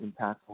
impactful